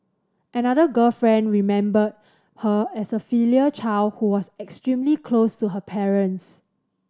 another girlfriend remembered her as a filial child who was extremely close to her parents